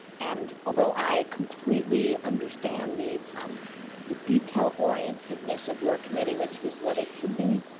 and although i completely understand the um the detail orientedness of your committee, which is what it should be,